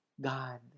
God